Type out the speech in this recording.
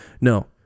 No